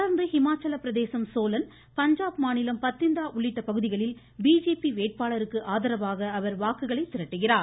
தொடர்ந்து ஹிமாச்சல பிரதேசம் சோலன் பஞ்சாப் மாநிலம் பத்திந்தா உள்ளிட்ட பகுதிகளில் பிஜேபி வேட்பாளருக்கு ஆதரவாக அவர் வாக்குகளை திரட்டுகிறார்